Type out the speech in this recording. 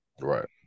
right